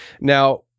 Now